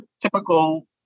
typical